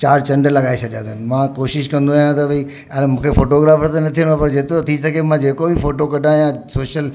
चारि चंडु लॻाए छॾिया अथनि मां कोशिशि कंदो आहियां त भई अगरि मूंखे फोटोग्राफर त न थियणो पर जेतिरो थी सघे मां जेको बि फोटो कढां या सोशल